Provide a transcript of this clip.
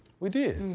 we did.